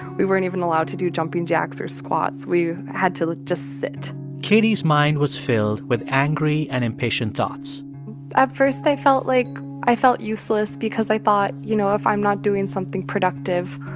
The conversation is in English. we weren't even allowed to do jumping jacks or squats. we had to just sit katie's mind was filled with angry and impatient thoughts at first, i felt like i felt useless because i thought, you know, if i'm not doing something productive,